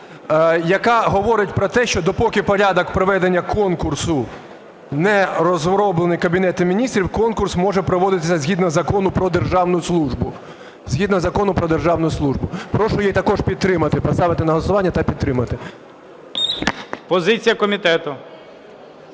Яка говорить про те, що допоки порядок проведення конкурсу не розроблений Кабінетом Міністрів, конкурс може проводитися згідно Закону "Про державну службу". Прошу її також підтримати, поставити на голосування та підтримати. ГОЛОВУЮЧИЙ. Позиція комітету?